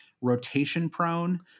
rotation-prone